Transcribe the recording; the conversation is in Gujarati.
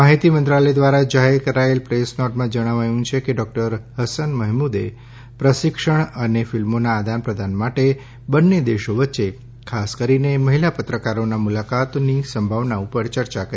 માહિતી મંત્રાલય દ્વારા જાહેર કરાયેલી પ્રેસનોટમાં જણાવાયું છે કે ડોકટર હસન મહમૂદે પ્રશિક્ષણ અને ફિલ્મોના આદાન પ્રદાન માટે બંન્ને દેશો વચ્ચે ખાસ કરીને મહિલા પત્રકારોના મુલાકાતની સંભાવના ઉપર ચર્ચા કરી